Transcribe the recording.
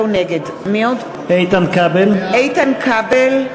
איתן כבל,